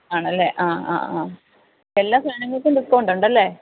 ആണല്ലേ ആ ആ ആ എല്ലാ സാധനങ്ങള്ക്കും ഡിസ്ക്കൗണ്ടൊണ്ടല്ലേ